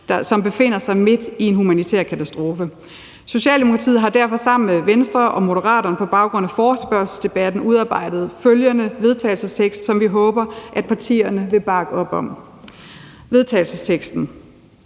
som befinder sig midt i humanitær katastrofe. Socialdemokratiet har derfor sammen med Venstre og Moderaterne på baggrund af forespørgselsdebatten udarbejdet en vedtagelsestekst, vi håber partierne vil bakke op om. Den lyder